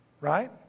Right